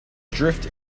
drift